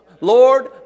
Lord